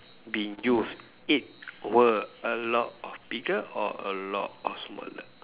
be used it were a lot bigger or a lot smaller